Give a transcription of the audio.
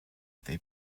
they